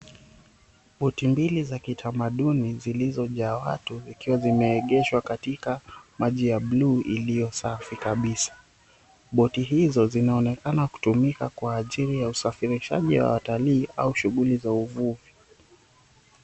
Boti mbili za kitamaduni zilizojaa watu zikiwa zimeegeshwa katikati ya maji ya buluu iliyo safi kabisa boti hizo zinaonekana kutumika kwa ajili ya usafirishaji wa watalii ama shughuli za uvuvi.